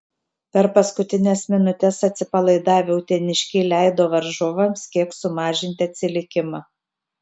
per paskutines minutes atsipalaidavę uteniškiai leido varžovams kiek sumažinti atsilikimą